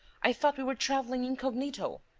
i thought we were travelling incognito!